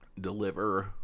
deliver